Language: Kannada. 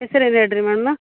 ಹೆಸ್ರು ಏನು ಹೇಳಿರಿ ಮ್ಯಾಮ